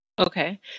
Okay